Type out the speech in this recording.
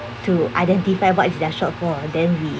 to identify what is their short fall then we